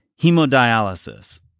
Hemodialysis